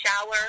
shower